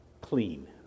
clean